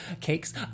cakes